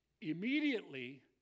immediately